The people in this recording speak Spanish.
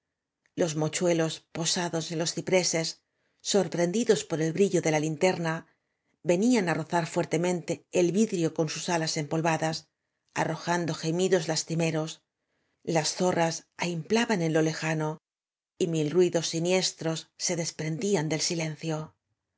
mocil líelos posados en los ci preses sorprendidos por el brillo de la lia terna venían á rozar inertemente el vidrio con sus alas em polvadasj arrojando gemidos lastimeros las zo rras ahimplaban en lo lejano y mil ruidos si niestros so desprendían del silencio